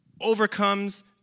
overcomes